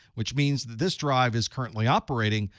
which means that this drive is currently operating,